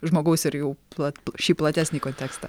žmogaus ir jų plat šį platesnį kontekstą